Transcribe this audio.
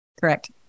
Correct